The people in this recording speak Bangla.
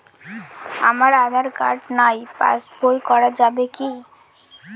আমার আঁধার কার্ড নাই পাস বই করা যাবে কি?